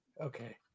okay